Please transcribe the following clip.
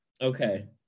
Okay